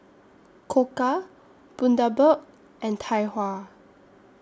Koka Bundaberg and Tai Hua